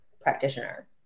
practitioner